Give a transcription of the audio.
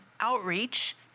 outreach